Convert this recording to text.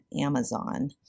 Amazon